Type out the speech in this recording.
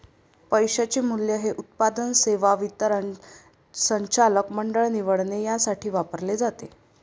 पैशाचे मूल्य हे उत्पादन, सेवा वितरण, संचालक मंडळ निवडणे यासाठी वापरले जाते